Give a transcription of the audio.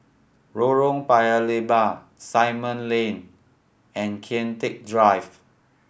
Lorong Paya Lebar Simon Lane and Kian Teck Drive